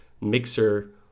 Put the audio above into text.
Mixer